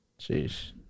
Jeez